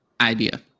idea